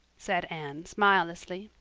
said anne smilelessly.